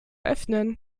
öffnen